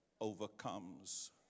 overcomes